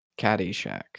Caddyshack